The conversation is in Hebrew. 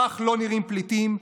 כך לא נראים פליטים,